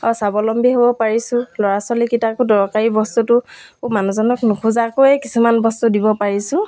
অঁ স্বাৱলম্বী হ'ব পাৰিছোঁ ল'ৰা ছোৱালীকেইটাকো দৰকাৰী বস্তুটো মানুহজনক নোখোজাকৈ কিছুমান বস্তু দিব পাৰিছোঁ